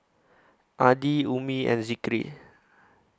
Adi Ummi and Zikri